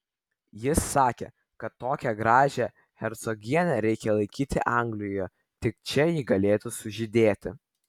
jis sakė kad tokią gražią hercogienę reikia laikyti anglijoje tik čia ji galėtų sužydėti